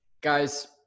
Guys